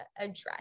address